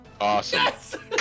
Awesome